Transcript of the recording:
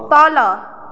तल